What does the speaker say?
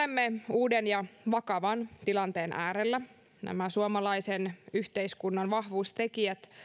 uuden ja vakavan tilanteen äärellä nämä suomalaisen yhteiskunnan vahvuustekijät